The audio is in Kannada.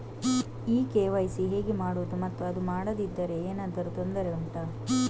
ಈ ಕೆ.ವೈ.ಸಿ ಹೇಗೆ ಮಾಡುವುದು ಮತ್ತು ಅದು ಮಾಡದಿದ್ದರೆ ಏನಾದರೂ ತೊಂದರೆ ಉಂಟಾ